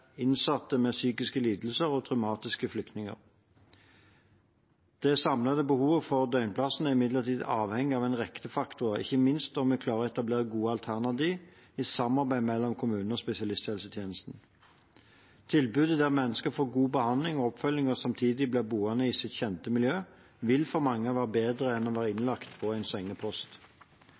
flyktninger. Det samlede behovet for døgnplasser er imidlertid avhengig av en rekke faktorer, ikke minst av om vi klarer å etablere gode alternativer i samarbeid mellom kommunene og spesialisthelsetjenesten. Tilbud der mennesker får god behandling og oppfølging og samtidig blir boende i sitt kjente miljø, vil for mange være bedre enn å bli innlagt på sengepost.